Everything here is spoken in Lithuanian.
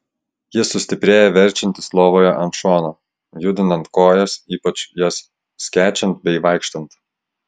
jis sustiprėja verčiantis lovoje ant šono judinant kojas ypač jas skečiant bei vaikštant